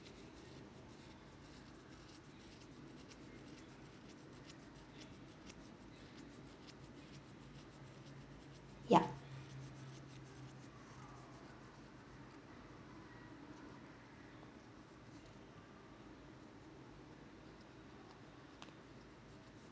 yup